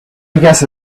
guessed